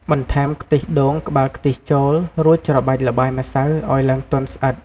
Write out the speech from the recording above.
បន្ថែមខ្ទិះដូងក្បាលខ្ទិះចូល រួចច្របាច់ល្បាយម្សៅឱ្យឡើងទន់ស្អិត។